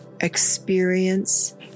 experience